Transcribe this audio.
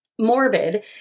morbid